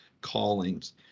callings